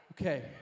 Okay